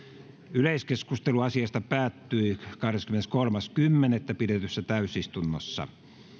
yleiskeskustelu asiasta päättyi kahdeskymmeneskolmas kymmenettä kaksituhattayhdeksäntoista pidetyssä istunnossa